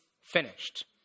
finished